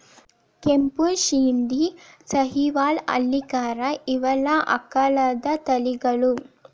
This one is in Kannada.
ಕೆಂಪು ಶಿಂದಿ, ಸಹಿವಾಲ್ ಹಳ್ಳಿಕಾರ ಇವೆಲ್ಲಾ ಆಕಳದ ತಳಿಗಳು